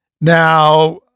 Now